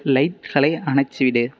லைட்களை அணைச்சிடு